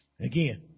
Again